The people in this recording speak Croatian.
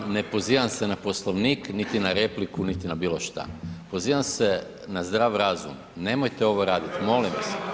ali nemam, ne pozivam se na Poslovnik, niti na repliku, niti na bilo šta, pozivam se na zdrav razum, nemojte ovo radit, molim vas.